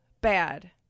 bad